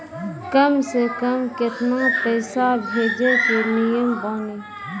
कम से कम केतना पैसा भेजै के नियम बानी?